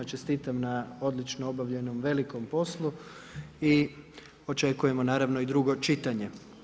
Čestitam na odlično obavljenom velikom poslu i očekujemo naravno i drugo čitanje.